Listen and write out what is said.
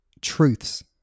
truths